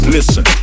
Listen